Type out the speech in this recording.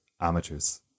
amateurs